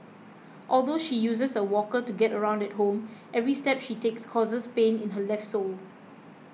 although she uses a walker to get around at home every step she takes causes pain in her left sole